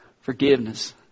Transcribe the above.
forgiveness